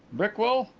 brickwill?